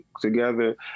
together